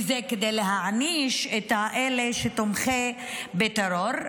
וזה כדי להעניש את אלה שתומכים בטרור.